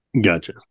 Gotcha